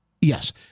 Yes